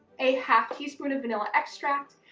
a half teaspoon of vanilla extract,